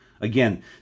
Again